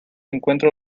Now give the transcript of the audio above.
encuentro